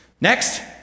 Next